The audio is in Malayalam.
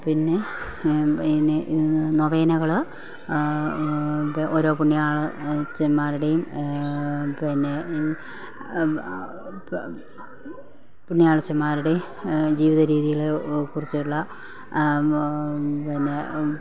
പിന്നെ ഇനി നൊവേനകള് ഓരോ പുണ്യാള അച്ഛന്മാരുടെയും പിന്നെ പുണ്യാളച്ഛന്മാരുടെ ജീവിതരീതികള് കുറിച്ചുള്ള പിന്നെ